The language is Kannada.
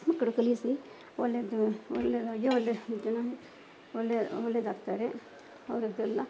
ಮಕ್ಕಳು ಕಲಿಸಿ ಒಳ್ಳೇದು ಒಳ್ಳೇದಾಗಿ ಒಳ್ಳೆ ಜನ ಒಳ್ಳೆ ಒಳ್ಳೇದಾಗ್ತಾರೆ ಅವ್ರದ್ದೆಲ್ಲ